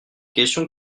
question